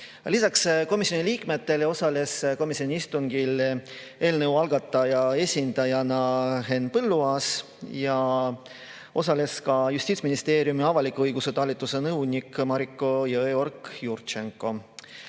Lisaks komisjoni liikmetele osales komisjoni istungil eelnõu algataja esindajana Henn Põlluaas ja osales ka Justiitsministeeriumi avaliku õiguse talituse nõunik Mariko Jõeorg-Jurtšenko.